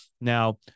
Now